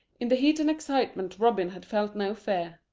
in the heat and excitement robin had felt no fear.